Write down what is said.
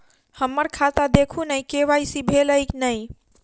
हम्मर खाता देखू नै के.वाई.सी भेल अई नै?